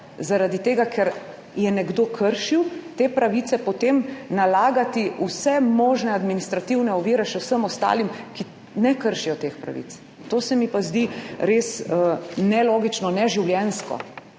zaradi tega, ker je nekdo kršil te pravice, potem nalagati vse možne administrativne ovire še vsem ostalim, ki ne kršijo teh pravic. To se mi pa zdi res nelogično, neživljenjsko,